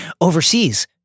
overseas